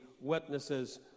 witnesses